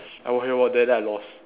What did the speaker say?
I walk here walk there then I lost